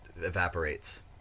evaporates